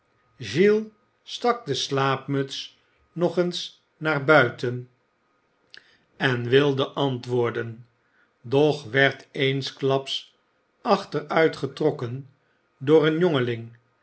stak de slaapmuts nog eens naar buiten en wilde antwoorden doch werd eensklaps achteruitgetrokken door een